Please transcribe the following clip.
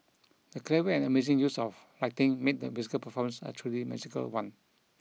the clever and amazing use of lighting made the musical performance a truly magical one